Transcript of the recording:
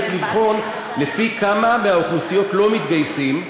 צריך לבחון לפי כמה מהאוכלוסיות לא מתגייסים,